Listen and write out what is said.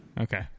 Okay